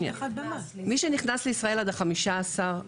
מי שנכנס לישראל עד 15.4,